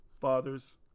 fathers